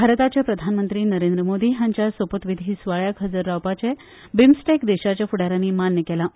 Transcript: भारताचे प्रधानमंत्री नरेंद्र मोदी हांच्या सोपूतविधी सुवाळ्याक हजर रावपाचें बिमस्टेक देशाच्या फुडारांनी मान्य केलां